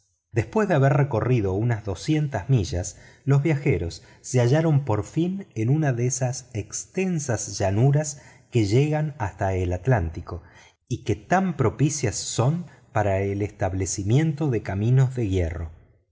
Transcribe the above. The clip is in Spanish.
después de haber recorrido unas doscientas millas los viajeros se hallaron por fin en una de esas extensas llanuras que llegan hasta el atlántico y que tan propicias son para el establecimiento de